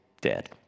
dead